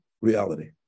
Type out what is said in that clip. reality